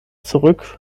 zurück